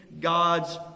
God's